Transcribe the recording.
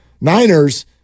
Niners